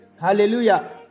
hallelujah